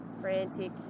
Frantic